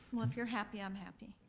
well, if you're happy, i'm happy,